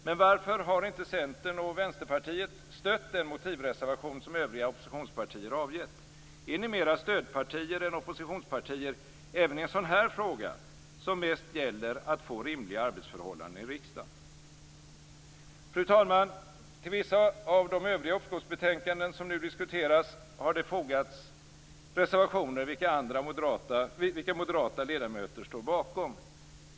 Men varför har inte Centern och Vänsterpartiet stött den motivreservation som övriga oppositionspartier avgett? Är ni mera stödpartier än oppositionspartier även i en sådan här fråga, som mest gäller att få rimliga arbetsförhållanden i riksdagen? Fru talman! Till vissa av de övriga uppskovsbetänkanden som nu diskuteras har det fogats reservationer som moderata ledamöter står bakom.